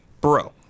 bro